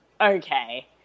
okay